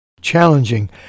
challenging